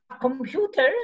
computers